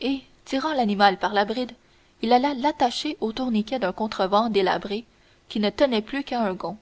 et tirant l'animal par la bride il alla l'attacher au tourniquet d'un contrevent délabré qui ne tenait plus qu'à un gond